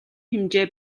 хэмжээ